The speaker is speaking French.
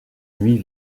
nuit